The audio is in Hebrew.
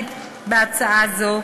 תומכת בהצעה זו,